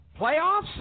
Playoffs